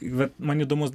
vat man įdomus